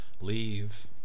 leave